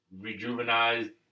rejuvenized